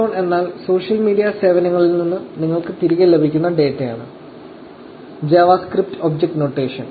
JSON എന്നാൽ social media സേവനങ്ങളിൽ നിന്ന് നിങ്ങൾക്ക് തിരികെ ലഭിക്കുന്ന ഒരു ഡാറ്റയാണ് JavaScript ഒബ്ജക്റ്റ് നോട്ടേഷൻ